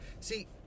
See